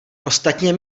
ostatně